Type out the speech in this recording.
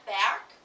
back